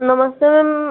नमस्ते मैम